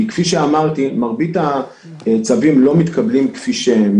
כפי שאמרתי, מרבית הצווים לא מתקבלים כפי שהם.